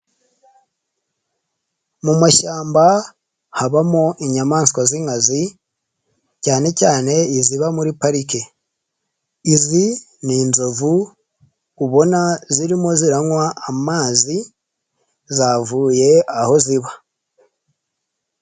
Mu mashyamba habamo inyamaswa z'inkazi cyane cyane iziba muri parike, izi ni inzovu ubona zirimo ziranywa amazi zavuye aho ziba.